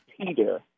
Peter